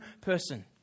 person